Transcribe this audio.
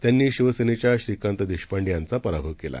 त्यांनी शिवसेनेच्या श्रीकांत देशपांडे यांचा पराभव केला